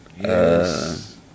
Yes